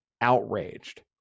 outraged